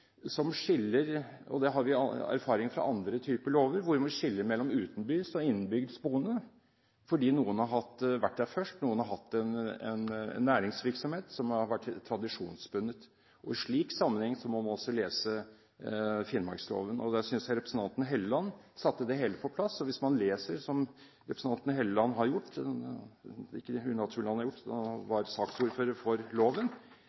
som skiller. Der har vi erfaring fra andre typer lover hvor man skiller mellom utenbygds og innenbygds boende, fordi noen har vært der først og har hatt en næringsvirksomhet som har vært tradisjonsbundet. I en slik sammenheng må man også lese finnmarksloven. Der synes jeg representanten Helleland satte det hele på plass. Hvis man leser den som representanten Helleland har gjort – ikke unaturlig at han har gjort det, da han var saksordfører for loven